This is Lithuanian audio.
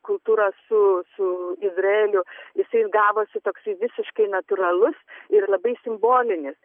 kultūros su izraeliu jisai gavosi toksai visiškai natūralus ir labai simbolinis